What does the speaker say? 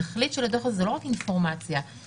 התכלית של הדוח הזה היא לא רק אינפורמציה אלא